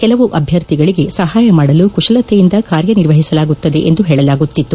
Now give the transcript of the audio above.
ಕೆಲವು ಅಭ್ಯರ್ಥಿಗಳಿಗೆ ಸಹಾಯ ಮಾಡಲು ಕುಶಲತೆಯಿಂದ ಕಾರ್ಯನಿರ್ವಹಿಸಲಾಗುತ್ತದೆ ಎಂದು ಪೇಳಲಾಗುತ್ತಿತ್ತು